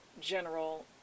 general